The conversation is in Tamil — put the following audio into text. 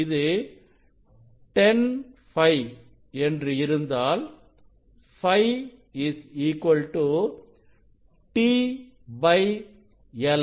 இது 10 Φ என்று இருந்தால் Φ t l